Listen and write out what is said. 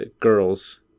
girls